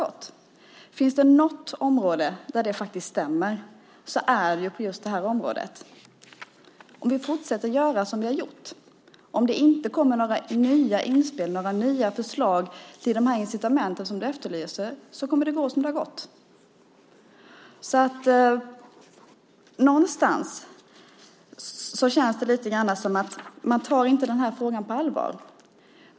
Om det finns något område där det stämmer så är det just här. Om vi fortsätter att göra som vi gjort, om det inte kommer några nya förslag till de incitament som ministern efterlyser, kommer det att gå som det gått. Det känns lite grann som om man inte tar frågan på allvar.